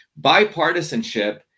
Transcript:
Bipartisanship